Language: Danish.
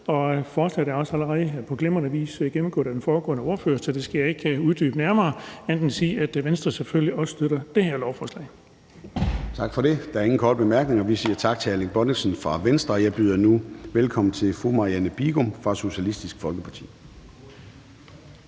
Forslaget er også allerede på glimrende vis blevet gennemgået af den foregående ordfører, så det skal jeg ikke uddybe nærmere ud over at sige, at Venstre selvfølgelig også støtter det her lovforslag. Kl. 13:26 Formanden (Søren Gade): Der er ingen korte bemærkninger, så vi siger tak til hr. Erling Bonnesen fra Venstre. Og jeg byder nu velkommen til fru Marianne Bigum fra Socialistisk Folkeparti.